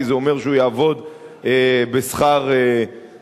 זה אומר שכל עובד יעבוד בשכר מינימום.